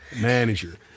manager